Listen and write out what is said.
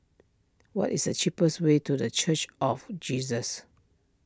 what is the cheapest way to the Church of Jesus